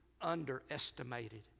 underestimated